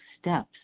steps